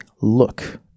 look